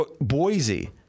Boise